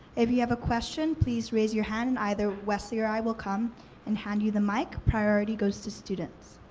if you have a question, please raise your hand and either wesley or i will come and hand you the mic. priority goes to students.